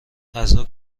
غذا